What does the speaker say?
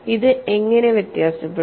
ഇത് എങ്ങനെ വ്യത്യാസപ്പെടുന്നു